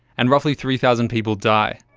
and roughly three thousand people die.